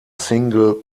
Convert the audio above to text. single